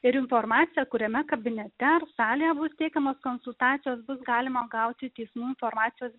ir informaciją kuriame kabinete ar salėje bus teikiamos konsultacijos bus galima gauti teismų informacijos